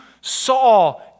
saw